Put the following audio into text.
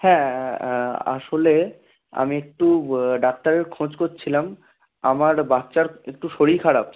হ্যাঁ আসলে আমি একটু ডাক্তারের খোঁজ কছিলাম আমার বাচ্চার একটু শরীর খারাপ